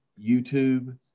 YouTube